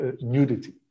nudity